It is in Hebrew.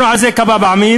קוב מים